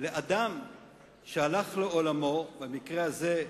לאדם שהלך לעולמו, במקרה הזה,